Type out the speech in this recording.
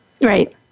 Right